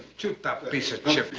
shoot that piece of shit!